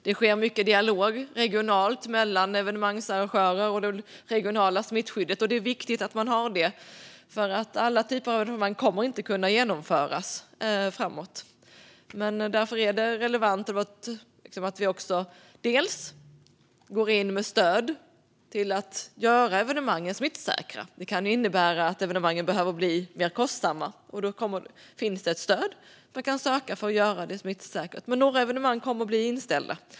Det sker mycket dialog regionalt mellan evenemangsarrangörer och det regionala smittskyddet, och det är viktigt, för alla typer av evenemang kommer inte att kunna genomföras. Därför är det relevant att vi också går in med stöd för att göra evenemangen smittsäkra. Det kan innebära att evenemangen behöver bli mer kostsamma, och då finns det ett stöd som man kan söka för att göra dem smittsäkra. Men några evenemang kommer att bli inställda.